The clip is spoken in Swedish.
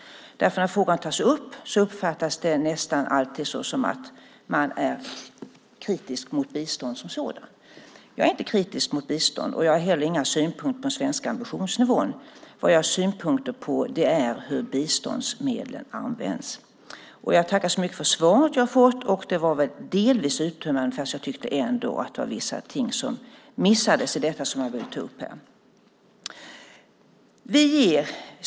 När frågan tas upp uppfattas det nästan alltid som att man är kritisk mot bistånd som sådant. Jag är inte kritisk mot bistånd, och jag har inte heller några synpunkter på den svenska ambitionsnivån. Vad jag har synpunkter på är hur biståndsmedlen används. Jag tackar så mycket för svaret jag har fått. Det var delvis uttömmande, fast jag tycker ändå att det var vissa ting som missades i detta som jag vill ta upp här.